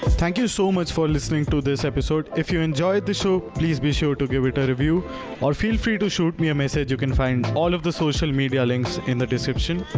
thank you so much for listening to this episode. if you enjoyed the show, please be sure to give it a review or feel free to shoot me a message you can find all of the social media links in the description.